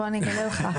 בוא אני אגלה לך,